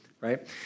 right